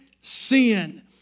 sin